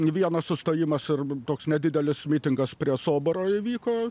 vienas sustojimas arba toks nedidelis mitingas prie soboro įvyko